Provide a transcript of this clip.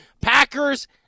Packers